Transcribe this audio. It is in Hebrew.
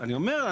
אני אומר.